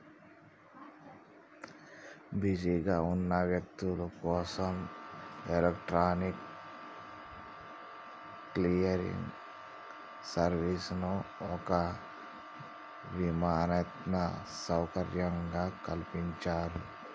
బిజీగా ఉన్న వ్యక్తులు కోసం ఎలక్ట్రానిక్ క్లియరింగ్ సిస్టంను ఒక వినూత్న సౌకర్యంగా కల్పించారు